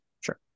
Sure